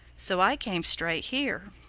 so i came straight here.